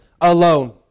alone